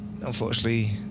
unfortunately